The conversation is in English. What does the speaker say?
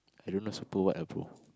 I don't know super what ah bro